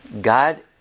God